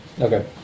Okay